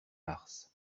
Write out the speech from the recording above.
mars